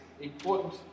important